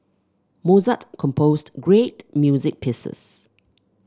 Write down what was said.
Mozart composed great music pieces